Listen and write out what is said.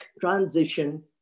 transition